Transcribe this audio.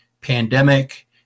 pandemic